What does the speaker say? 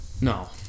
No